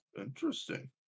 Interesting